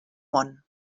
món